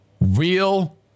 real